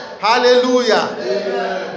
Hallelujah